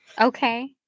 Okay